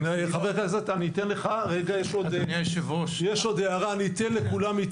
אני חייב לציין קודם כל